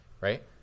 right